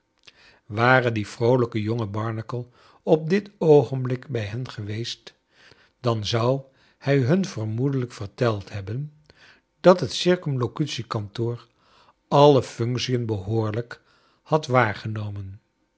ware die vroolijke jonge barnacle op dit oogenblik bij hen geweest dan zou hij hun vermoedelijk verteld hebben dat het c k alle functien behoorlijk had waargenomen